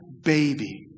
baby